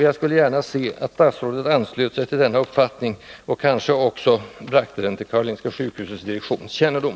Jag skulle gärna se att statsrådet anslöt sig till denna uppfattning och kanske också bragte den till Karolinska sjukhusets direktions kännedom.